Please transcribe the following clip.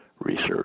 research